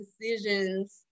decisions